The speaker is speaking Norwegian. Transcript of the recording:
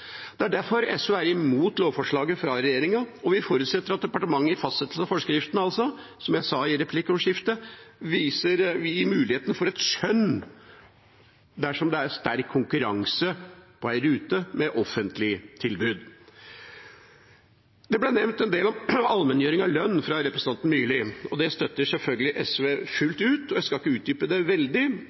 Det er derfor SV er mot lovforslaget fra regjeringa, og vi forutsetter – som jeg sa i replikkordskiftet – at departementet i fastsettelsen av forskriften gir muligheten for et skjønn dersom det er sterk konkurranse på en rute med offentlig tilbud. Representanten Myrli nevnte en del om allmenngjøring av lønn. Det støtter selvfølgelig SV fullt ut, og jeg skal ikke utdype det veldig.